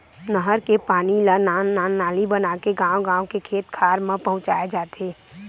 नहर के पानी ल नान नान नाली बनाके गाँव गाँव के खेत खार म पहुंचाए जाथे